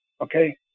Okay